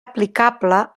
aplicable